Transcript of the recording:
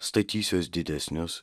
statysiuos didesnius